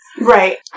Right